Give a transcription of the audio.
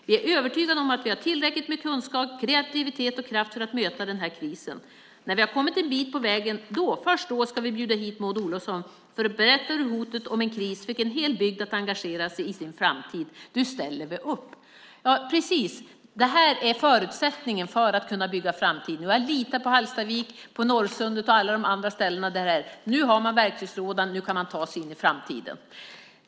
Vi är övertygade om att vi har tillräckligt med kunskap, kreativitet och kraft för att möta den här krisen. När vi har kommit en bit på vägen, då, först då, ska vi bjuda hit Maud Olofsson, för att berätta hur hotet om en kris fick en hel bygd att engagera sig i sin framtid. Du ställer väl upp!" Det här är förutsättningen för att bygga för framtiden. Jag litar på Hallstavik, Norrsundet och alla andra ställen som det gäller. Nu har man verktygslådan och kan ta sig in i framtiden.